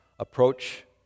Approach